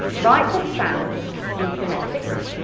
write the sounds in phonetics,